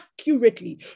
accurately